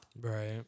Right